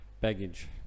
baggage